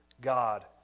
God